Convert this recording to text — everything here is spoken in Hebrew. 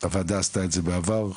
הוועדה עשתה את זה גם בעבר,